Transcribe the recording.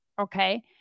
Okay